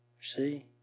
See